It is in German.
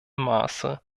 maße